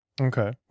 Okay